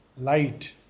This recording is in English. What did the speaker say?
light